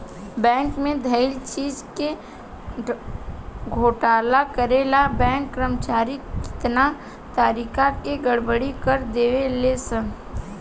bank में धइल चीज के घोटाला करे ला बैंक कर्मचारी कितना तारिका के गड़बड़ी कर देवे ले सन